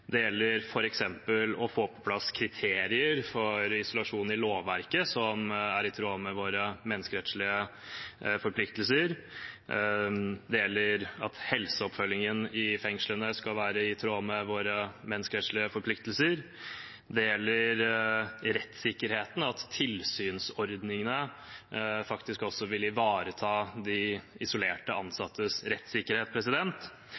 Det gjelder f.eks. å få på plass i lovverket kriterier for isolasjon, som er i tråd med våre menneskerettslige forpliktelser. Det gjelder at helseoppfølgingen i fengslene skal være i tråd med våre menneskerettslige forpliktelser. Det gjelder rettssikkerheten, at tilsynsordningene faktisk også vil ivareta de isolerte